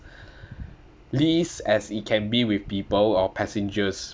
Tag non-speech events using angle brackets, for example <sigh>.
<breath> least as it can be with people or passengers